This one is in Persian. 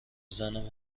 زنم